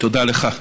תודה לך.